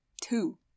two